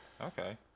Okay